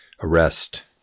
arrest